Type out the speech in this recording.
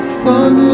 fun